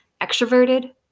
extroverted